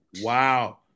Wow